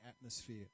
atmosphere